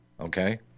Okay